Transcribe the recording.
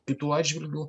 kitų atžvilgiu